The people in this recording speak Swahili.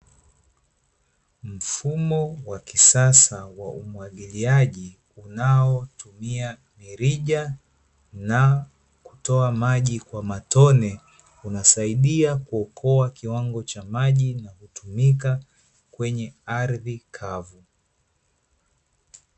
Mfumo wa kisasa wa umwagiliaji, unaotumia mirija na kutoa maji kwa matone, unasaidia kuokoa kiwango cha maji na kutumika, kwenye ardhi kavu.